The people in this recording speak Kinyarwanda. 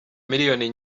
miliyoni